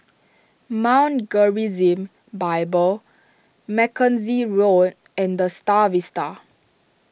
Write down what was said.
Mount Gerizim Bible Mackenzie Road and the Star Vista